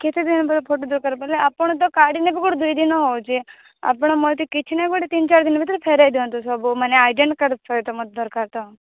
କେତେ ଦିନ ପରେ ଫୋଟୋ ଦରକାର ବେଲେ ଆପଣ ତ କାଢ଼ି ନେବେ ଗୋଟେ ଦୁଇ ଦିନ ହେଉଛି ଆପଣ ମୋତେ କିଛି ନାହିଁ ଗୋଟେ ତିନି ଚାରି ଦିନ ଭିତରେ ଫେରେଇ ଦିଅନ୍ତୁ ସବୁ ମାନେ ଆଇଡ଼େଣ୍ଟି କାର୍ଡ଼୍ ସହିତ ମୋତେ ଦରକାର ତ